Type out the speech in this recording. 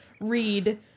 read